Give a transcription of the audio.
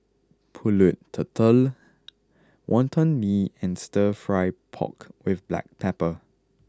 Pulut Tatal Wonton Mee and Stir Fry Pork with Black Pepper